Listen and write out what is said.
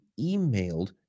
emailed